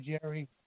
Jerry